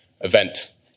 event